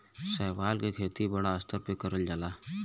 शैवाल के खेती बड़ा स्तर पे करल जाला